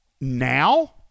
Now